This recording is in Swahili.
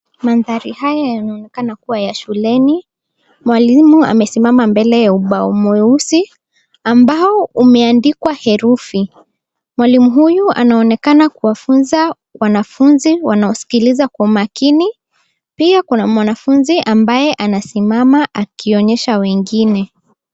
Mandhari haya yanaonekana kuwa ya shuleni. Mwalimu amesimama mbele ya ubao mweusi ambao umeandikwa herufi. Mwalimu huyu anaonekana kuwafunza wanafunzi wanaoskiliza kwa umakini. Pia kuna mwanafunzi ambaye amesimama akionyesha wengine.